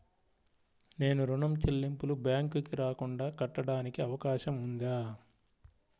నేను ఋణం చెల్లింపులు బ్యాంకుకి రాకుండా కట్టడానికి అవకాశం ఉందా?